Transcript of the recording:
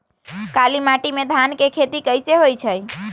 काली माटी में धान के खेती कईसे होइ छइ?